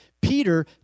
Peter